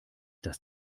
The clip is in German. das